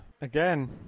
again